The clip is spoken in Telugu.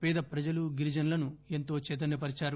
పేద ప్రజలు గిరిజనులను ఎంతో చైతన్య పరిచారు